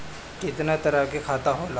केतना तरह के खाता होला?